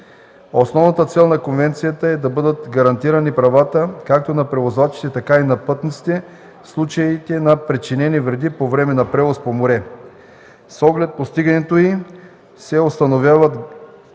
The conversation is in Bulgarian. Основната цел на конвенцията е да бъдат гарантирани правата както на превозвачите, така и на пътниците в случаите на причинени вреди по време на превоз по море. С оглед постигането й се установяват граници